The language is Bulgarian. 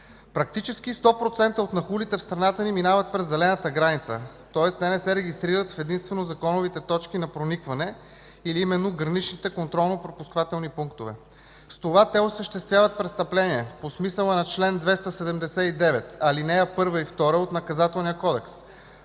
Практически 100% от нахлулите в страната ни минават през зелената граница, тоест те не се регистрират в единствено законовите точки на проникване, или именно граничните контролно-пропускателни пунктове. С това те осъществяват престъпление по смисъла на чл. 279, ал. 1 и 2 от Наказателния кодекс,